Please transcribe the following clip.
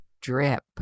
drip